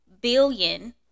billion